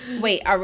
Wait